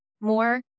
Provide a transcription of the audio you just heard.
more